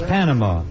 Panama